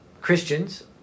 Christians